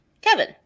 Kevin